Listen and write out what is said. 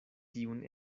tiun